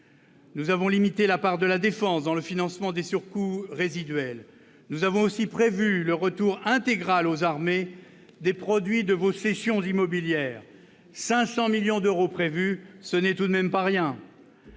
Nous avons limité la part de la défense dans le financement des surcoûts résiduels. Nous avons aussi prévu le retour intégral aux armées des produits de vos cessions immobilières : 500 millions d'euros prévus, ce n'est tout de même pas rien